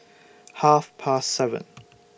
Half Past seven